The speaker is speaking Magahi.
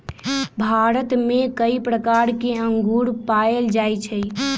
भारत में कई प्रकार के अंगूर पाएल जाई छई